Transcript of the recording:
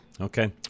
Okay